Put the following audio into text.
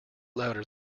louder